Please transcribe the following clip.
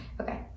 okay